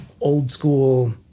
old-school